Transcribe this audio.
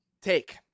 Take